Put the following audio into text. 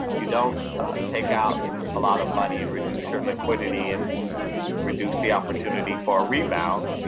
you don't take out a lot of money and reduce your liquidity and reduce the opportunity for a rebound